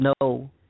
no